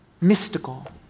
mystical